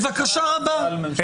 בבקשה רבה.